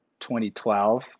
2012